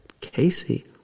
casey